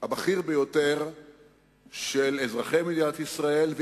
הבכיר ביותר של אזרחי מדינת ישראל,